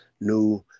new